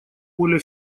поле